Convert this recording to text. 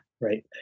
Right